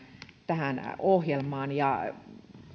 tähän ohjelmaan